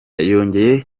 yongeye